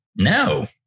No